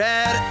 Red